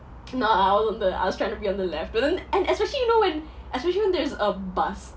no uh I was on the I was trying to be on the left but then and especially you know when especially when there's a bus